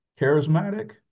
charismatic